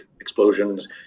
explosions